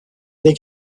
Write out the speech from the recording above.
they